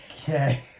Okay